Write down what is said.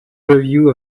review